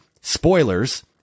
spoilers